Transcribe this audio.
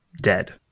dead